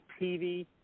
TV